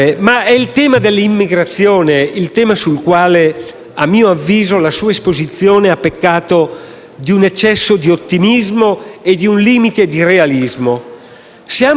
È recente l'audizione in Commissione affari esteri di due incontri con esponenti dell'UNHCR e dell'Organizzazione internazionale per